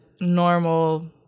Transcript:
normal